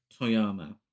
Toyama